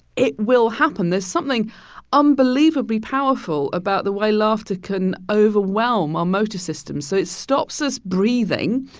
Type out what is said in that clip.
it will happen there's something unbelievably powerful about the way laughter can overwhelm our motor system. so it stops us breathing.